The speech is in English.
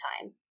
time